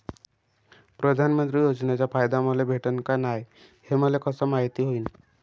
प्रधानमंत्री योजनेचा फायदा मले भेटनं का नाय, हे मले कस मायती होईन?